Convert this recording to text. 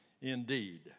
indeed